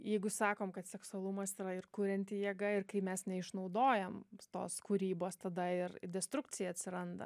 jeigu sakom kad seksualumas yra ir kurianti jėga ir kai mes neišnaudojam tos kūrybos tada ir destrukcija atsiranda